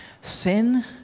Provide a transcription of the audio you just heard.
Sin